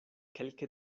kelke